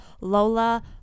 Lola